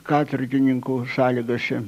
katorgininkų sąlygose